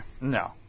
No